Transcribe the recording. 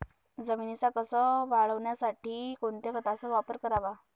जमिनीचा कसं वाढवण्यासाठी कोणत्या खताचा वापर करावा?